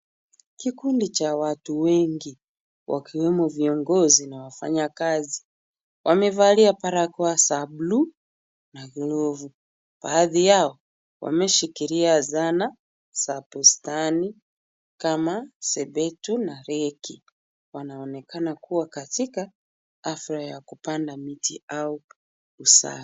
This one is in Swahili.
Kikundi cha watu wengi wakiwemo viongozi na wafanyakazi wamevalia barakoa za bluu na glovu. Baadhi yao wameshikilia zana za bustani kama zebetu na reki. Wanaonekana kuwa katika hafla ya kupanda miti au usafi.